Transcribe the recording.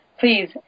Please